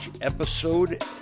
episode